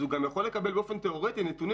אז הוא גם יכול לקבל באופן תיאורטי נתונים